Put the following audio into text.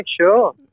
sure